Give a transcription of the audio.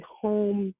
home